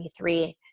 23